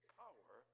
power